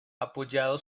apoyado